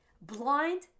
Blind